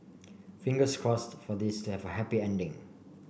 fingers crossed for this to have a happy ending